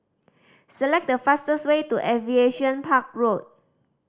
select the fastest way to Aviation Park Road